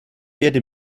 werde